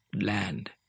land